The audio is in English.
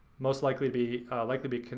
most likely to be like to be